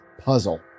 puzzle